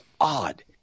odd